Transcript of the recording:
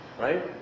right